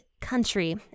country